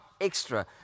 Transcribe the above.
extra